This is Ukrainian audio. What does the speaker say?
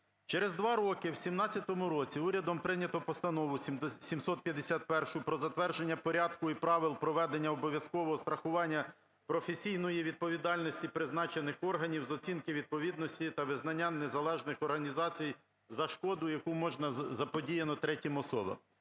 Через 2 роки, в 2017 році, урядом прийнято Постанову 751 "Про затвердження Порядку і правил проведення обов'язкового страхування професійної відповідальності призначених органів з оцінки відповідності та визнання незалежних організацій за шкоду, яку може бути заподіяно третім особам".